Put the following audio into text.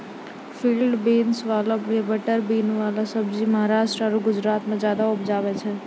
field beans, वाल या butter bean कॅ सब्जी महाराष्ट्र आरो गुजरात मॅ ज्यादा उपजावे छै